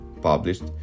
published